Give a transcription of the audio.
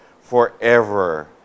forever